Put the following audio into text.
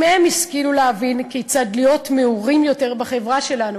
אם הם השכילו להבין כיצד להיות מעורים יותר בחברה שלנו,